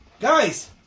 Guys